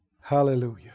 Hallelujah